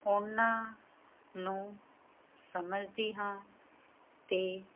ਉਹਨਾਂ ਨੂੰ ਸਮਝਦੀ ਹਾਂ ਤੇ